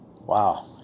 wow